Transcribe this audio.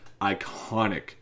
iconic